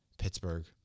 Pittsburgh